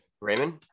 Raymond